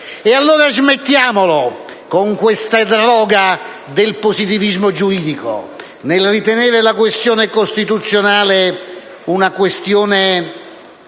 E allora, smettiamola con questa droga del positivismo giuridico nel ritenere la questione costituzionale una questione